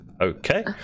okay